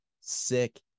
sick